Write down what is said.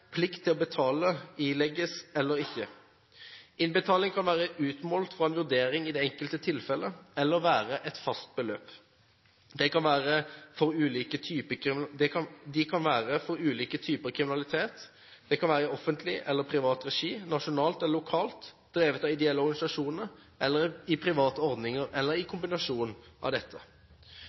plikt til å betale ilegges eller ikke. Innbetalinger kan være utmålt ut fra en vurdering i det enkelte tilfellet, eller være et fast beløp. De kan være for ulike typer kriminalitet, de kan være i offentlig eller privat regi, nasjonalt eller lokalt, drevet av ideelle organisasjoner eller i private ordninger, eller i kombinasjoner av dette.